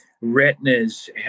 retinas